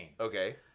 Okay